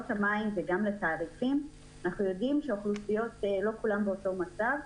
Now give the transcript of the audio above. המים וגם לתעריפים אנחנו יודעים שהאוכלוסיות לא כולן באותו המצב,